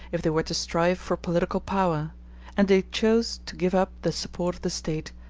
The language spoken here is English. if they were to strive for political power and they chose to give up the support of the state,